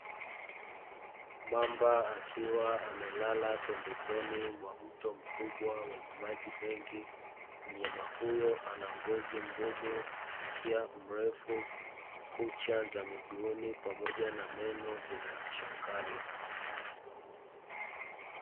Mamba akiwa amelala pembezoni mwa mto mkubwa wenye maji mengi. Mnyama huyo anangozi ngumu, mkia mrefu, kucha za miguuni pamoja na meno vina ncha kali.